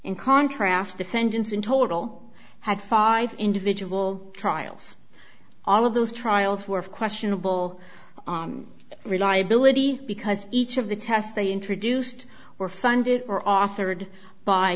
in contrast defendants in total had five individual trials all of those trials were of questionable reliability because each of the tests they introduced were funded or authored by